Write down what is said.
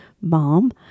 Mom